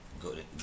good